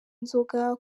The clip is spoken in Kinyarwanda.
inzoga